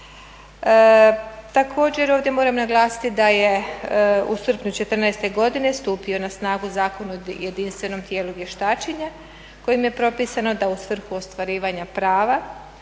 Također ovdje moram naglasiti da je u srpnju 2014.godine stupio na snagu Zakon o jedinstvenom tijelu vještačenja kojim je propisano da u svrhu ostvarivanja prava